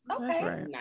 okay